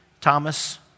Thomas